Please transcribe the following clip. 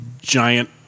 giant